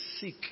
seek